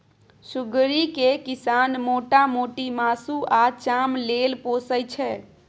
सुग्गरि केँ किसान मोटा मोटी मासु आ चाम लेल पोसय छै